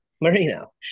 Marino